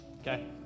Okay